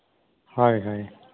ᱦᱳᱭ ᱦᱳᱭ